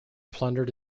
plundered